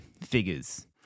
figures